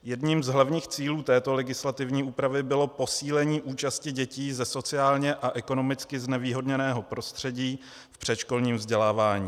Jedním z hlavních cílů této legislativní úpravy bylo posílení účasti dětí ze sociálně a ekonomicky znevýhodněného prostředí v předškolním vzdělávání.